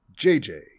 JJ